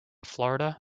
florida